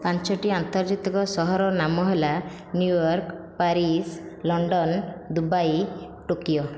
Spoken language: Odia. ପାଞ୍ଚଟି ଆନ୍ତର୍ଜାତିକ ସହରର ନାମ ହେଲା New York Paris London Dubai Tokyo